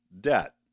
debt